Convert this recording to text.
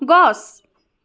গছ